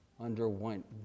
underwent